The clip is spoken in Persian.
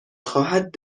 خواهد